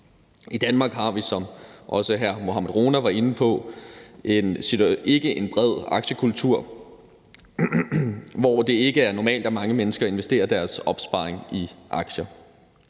I Danmark har vi, som også hr. Mohammad Rona var inde på, ikke en bred aktiekultur, hvor det ikke er normalt, at mange mennesker investerer deres opsparing i aktier.